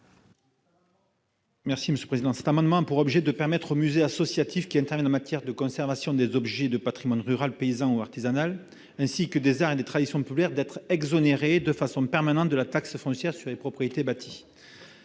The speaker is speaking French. François Bonhomme. Cet amendement a pour objet de permettre aux musées associatifs qui interviennent en matière de conservation des objets du patrimoine rural, paysan et artisanal, ainsi que des arts et des traditions populaires, d'être exonérés de manière permanente de la taxe foncière sur les propriétés bâties.